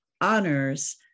honors